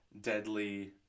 deadly